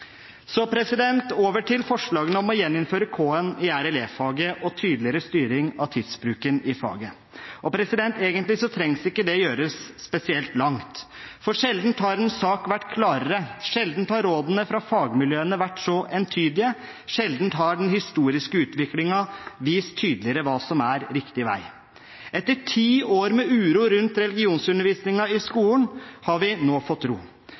Så over til forslagene om å gjeninnføre K-en i RLE-faget og tydeligere styring av tidsbruken i faget. Egentlig trenger man ikke gjøre dette spesielt langt, for sjelden har en sak vært klarere, sjelden har rådene fra fagmiljøene vært så entydige, sjelden har den historiske utviklingen vist tydeligere hva som er riktig vei. Etter ti år med uro rundt religionsundervisningen i skolen har vi nå fått ro.